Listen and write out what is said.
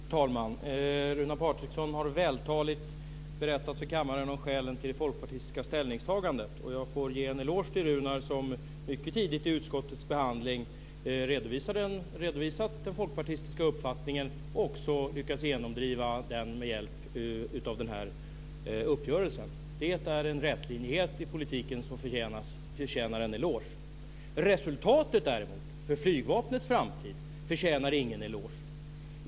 Fru talman! Runar Patriksson har vältaligt berättat för kammaren om skälen till det folkpartistiska ställningstagandet. Jag får ge en eloge till Runar som mycket tidigt i utskottets behandling redovisat den folkpartistiska uppfattningen och också lyckats genomdriva den med hjälp av den här uppgörelsen. Det är en rätlinjighet i politiken som förtjänar en eloge. Resultatet för flygvapnets framtid förtjänar däremot ingen eloge.